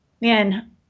Man